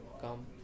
come